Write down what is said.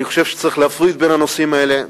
אני חושב שצריך להפריד בין הנושאים האלה,